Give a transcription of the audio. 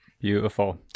Beautiful